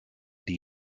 die